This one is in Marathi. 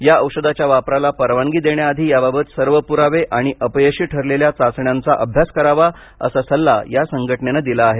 या औषधाच्या वापराला परवानगी देण्याआधी याबाबत सर्व पुरावे आणि अपयशी ठरलेल्या चाचण्यांचाही अभ्यास करावा असा सल्ला या संघटनेनं दिला आहे